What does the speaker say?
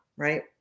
Right